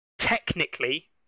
Technically